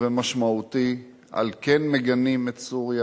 ומשמעותי על כן מגנים את סוריה,